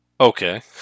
Okay